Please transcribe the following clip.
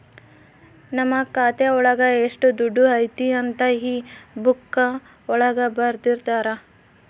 ನಮ್ ಖಾತೆ ಒಳಗ ಎಷ್ಟ್ ದುಡ್ಡು ಐತಿ ಅಂತ ಈ ಬುಕ್ಕಾ ಒಳಗ ಬರ್ದಿರ್ತರ